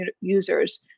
users